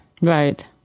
right